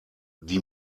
die